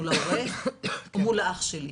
מול ההורה או מול האח שלי?